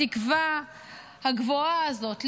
התקווה הגבוהה הזאת,